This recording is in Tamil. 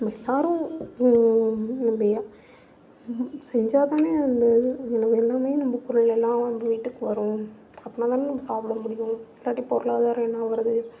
நம்ம எல்லோரும் முழுமையாக செஞ்சால்தானே அந்த இது வீட்டுக்கும் வரும் அப்போதான நம்ம சாப்பிட முடியும் இல்லாட்டி பொருளாதரம் என்ன ஆகிறது